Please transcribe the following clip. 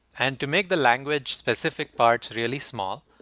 and to make the language specific parts really small,